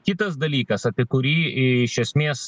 kitas dalykas apie kurį iš esmės